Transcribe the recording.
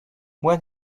when